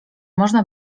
można